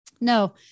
no